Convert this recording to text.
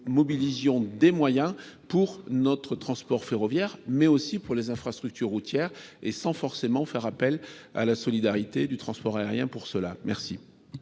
mobiliser des moyens pour notre transport ferroviaire, mais aussi pour les infrastructures routières, sans forcément faire appel à la solidarité du transport aérien. La parole